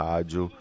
Rádio